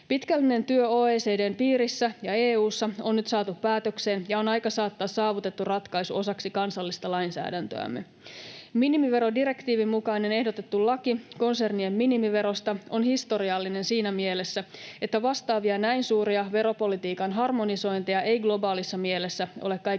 Pitkällinen työ OECD:n piirissä ja EU:ssa on nyt saatu päätökseen, ja on aika saattaa saavutettu ratkaisu osaksi kansallista lainsäädäntöämme. Minimiverodirektiivin mukainen ehdotettu laki konsernien minimiverosta on historiallinen siinä mielessä, että vastaavia näin suuria veropolitiikan harmonisointeja ei globaalissa mielessä ole kaiketi